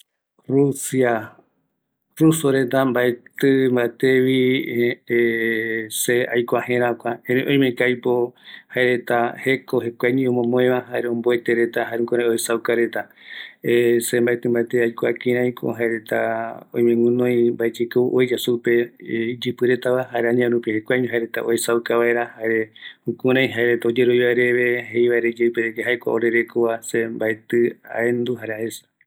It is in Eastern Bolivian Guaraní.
Kua rusia, mbaetɨ mbate aikua, aesa jare mbaeko oeya iyɨpɨreta supeva, jare añavë rupi jeivaera yandeve reta, jae kua oeya supe iyɨpɨ retava